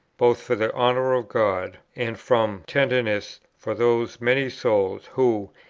both for the honour of god, and from tenderness for those many souls who,